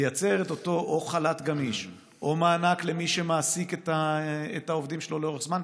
לייצר את אותו חל"ת גמיש או מענק למי שמעסיק את העובדים שלו לאורך זמן.